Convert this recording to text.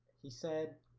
he said